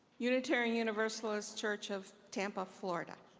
unitarian universalist church of tampa, florida.